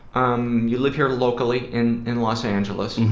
um you live here locally, in in los angeles, and